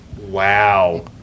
Wow